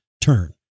turn